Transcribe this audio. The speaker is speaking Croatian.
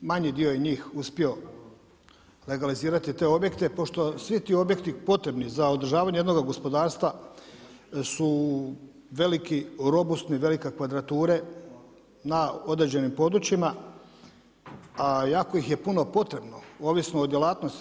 Manji dio je njih uspio legalizirati te objekte pošto svi ti objekti, potrebni za održavanje jednoga gospodarstva su veliki robusni, velike kvadrature na određenim područjima, a jako ih je puno potrebno, ovisno o djelatnosti.